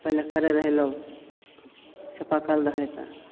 पहिले करै रहै लोक चापाकल रहै तऽ